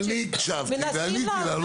אני הקשבתי ועניתי לה על מה ששמעתי.